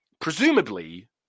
Presumably